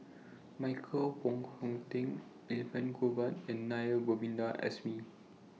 Michael Wong Hong Teng Elangovan and Naa Govindasamy